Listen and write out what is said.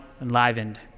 enlivened